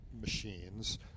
machines